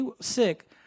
sick